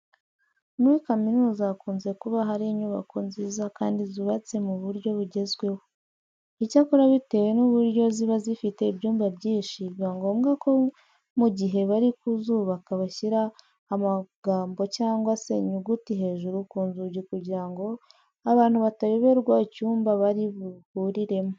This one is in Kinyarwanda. Muri kaminuza hakunze kuba hari inyubako nziza kandi zubatswe mu buryo bugezweho. Icyakora bitewe n'uburyo ziba zifite ibyumba byinshi, biba ngombwa ko mu gihe bari kuzubaka bashyira amagambo cyangwa se inyuguti hejuru ku nzugi kugira ngo abantu batayoberwa icyumba bari buhuriremo.